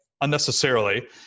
unnecessarily